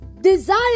desire